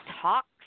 talks